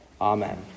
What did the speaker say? Amen